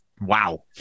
wow